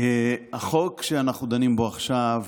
החוק שאנחנו דנים בו עכשיו